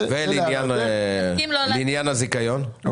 לעניין הזיכיון,